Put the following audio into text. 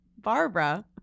Barbara